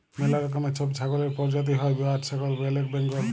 ম্যালা রকমের ছব ছাগলের পরজাতি হ্যয় বোয়ার ছাগল, ব্যালেক বেঙ্গল